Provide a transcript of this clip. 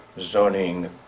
zoning